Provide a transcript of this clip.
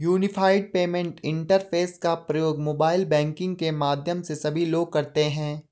unified payment interface का प्रयोग mobile banking के माध्यम से सभी लोग करते हैं